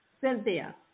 Cynthia